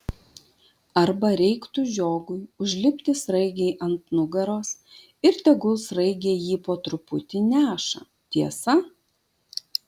arba reiktų žiogui užlipti sraigei ant nugaros ir tegul sraigė jį po truputį neša tiesa